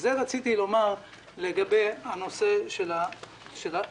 את זה רציתי לומר לגבי הנושא של הדיווח.